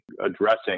addressing